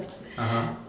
(uh huh)